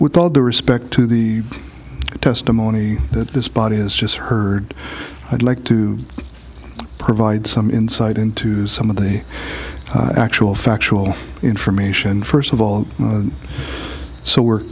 with all due respect to the testimony that this body has just heard i'd like to provide some insight into some of the actual factual information first of all so we're